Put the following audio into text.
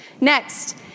Next